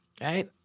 right